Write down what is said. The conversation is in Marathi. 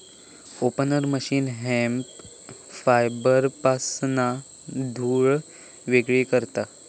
ओपनर मशीन हेम्प फायबरपासना धुळ वेगळी करता